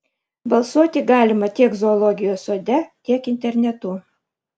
balsuoti galima tiek zoologijos sode tiek internetu